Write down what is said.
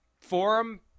forum